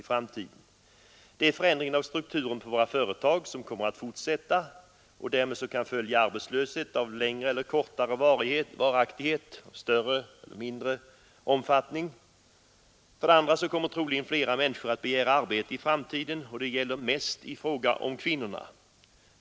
För det första kommer förändringen av strukturen på våra företag att fortsätta, och därmed kan följa arbetslöshet av längre eller kortare varaktighet och av större eller mindre omfattning. För det andra kommer troligen flera människor att begära arbete i framtiden, och det gäller mest i fråga om kvinnorna.